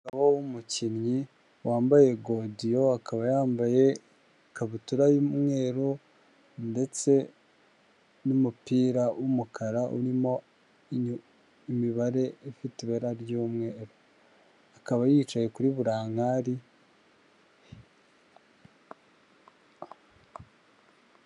Umugabo w'umukinnyi wambaye godiyo, akaba yambaye ikabutura y'umweru ndetse n'umupira w'umukara urimo imibare ifite ibara ry'umweru, akaba yicaye kuri burankari.